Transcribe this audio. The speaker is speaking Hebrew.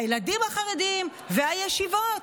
הילדים החרדים והישיבות.